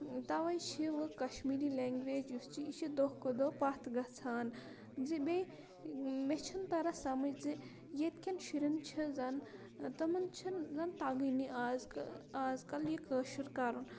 تَوٕے چھِ وٕ کَشمیٖری لینٛگویج یُس چھِ یہِ چھِ دۄہ کھۄتہٕ دۄہ پَتھ گژھان زِ بیٚیہِ مےٚ چھِنہٕ تَران سَمٕجھ زِ ییٚتہِ کٮ۪ن شُرٮ۪ن چھِ زَن تمَن چھِنہٕ زَن تَگٲنی آز کہ آز کَل یہِ کٲشُر کَرُن